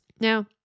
Now